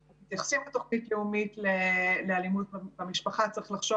כאשר מתייחסים בתוכנית לאומית לאלימות במשפחה צריך לחשוב